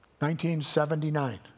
1979